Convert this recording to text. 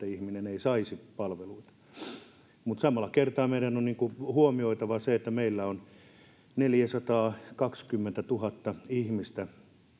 ihminen ei saisi palveluita niin samalla kertaa meidän on huomioitava se että meillä on neljäsataakaksikymmentätuhatta ihmistä